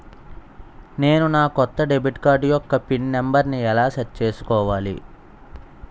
నేను నా కొత్త డెబిట్ కార్డ్ యెక్క పిన్ నెంబర్ని ఎలా సెట్ చేసుకోవాలి?